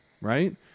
right